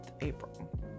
april